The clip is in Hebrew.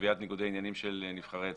קביעת ניגודי עניינים של נבחרי ציבור.